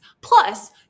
plus